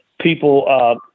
people